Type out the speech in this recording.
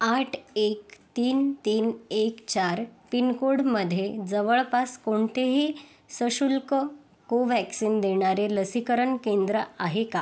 आठ एक तीन तीन एक चार पिनकोडमध्ये जवळपास कोणतेही सशुल्क कोव्हॅक्सिन देणारे लसीकरण केंद्र आहे का